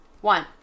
One